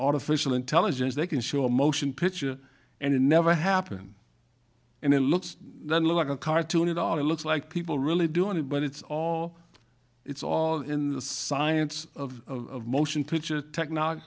artificial intelligence they can show a motion picture and it never happened and it looks like a cartoon it all looks like people really doing it but it's all it's all in the science of motion picture technology